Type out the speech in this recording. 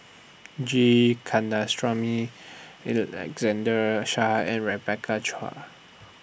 G Shah and Rebecca Chua